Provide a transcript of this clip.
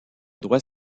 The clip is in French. droit